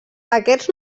aquests